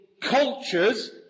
cultures